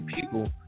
people